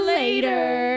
later